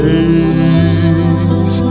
days